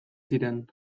ziren